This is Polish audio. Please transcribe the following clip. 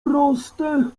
proste